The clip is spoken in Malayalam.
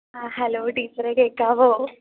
ആഹ് ഹലോ ടീച്ചറേ കേൾക്കാമോ